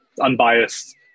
unbiased